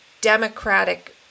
Democratic